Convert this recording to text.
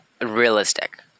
realistic